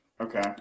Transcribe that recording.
Okay